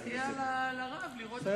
צריך לסייע לרב לראות את המציאות נכוחה.